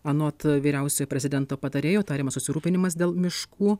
anot vyriausiojo prezidento patarėjo tariamas susirūpinimas dėl miškų